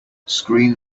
screen